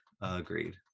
Agreed